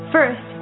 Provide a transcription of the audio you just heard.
First